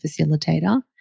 facilitator